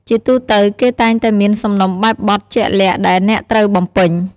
ជាទូទៅ គេតែងតែមានសំណុំបែបបទជាក់លាក់ដែលអ្នកត្រូវបំពេញ។